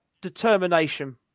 determination